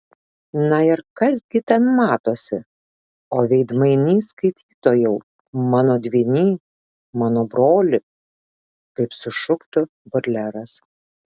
na ir kas gi ten matosi o veidmainy skaitytojau mano dvyny mano broli kaip sušuktų bodleras